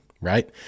Right